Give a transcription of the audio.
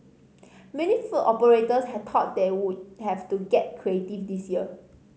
many food operators had thought they would have to get creative this year